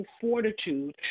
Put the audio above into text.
fortitude